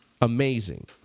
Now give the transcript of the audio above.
amazing